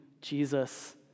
Jesus